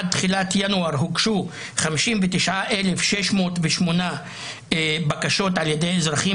עד תחילת ינואר הוגשו 59,608 בקשות על ידי אזרחים